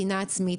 משנאה עצמית,